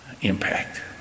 impact